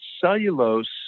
cellulose